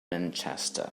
manchester